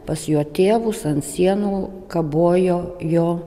pas jo tėvus ant sienų kabojo jo